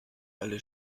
alle